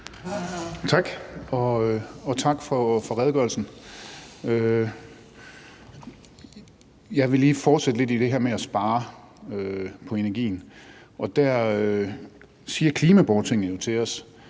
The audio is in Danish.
Tak, og tak for redegørelsen. Jeg vil lige fortsætte lidt i det her spor om at spare på energien, og der siger klimaborgertinget jo til os,